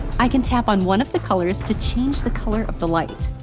i can tap on one of the colors to change the color of the light.